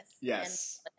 Yes